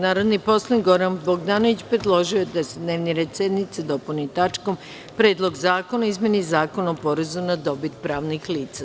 Narodni poslanik Goran Bogdanović predložio je da se dnevni red sednice dopuni tačkom – Predlog zakona o izmeni Zakona o porezu na dobit pravnih lica.